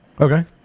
Okay